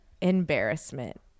embarrassment